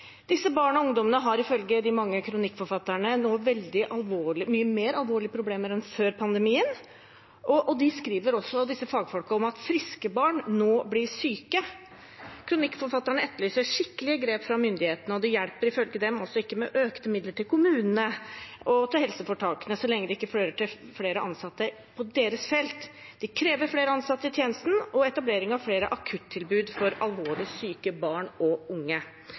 Disse barna og ungdommene har ifølge de mange kronikkforfatterne nå veldig mye mer alvorlige problemer enn før pandemien, og disse fagfolkene skriver også om at friske barn nå blir syke. Kronikkforfatterne etterlyser skikkelige grep fra myndighetene, og det hjelper ifølge dem altså ikke med økte midler til kommunene og til helseforetakene så lenge det ikke fører til flere ansatte på deres felt. De krever flere ansatte i tjenesten og etablering av flere akuttilbud for alvorlig syke barn og unge.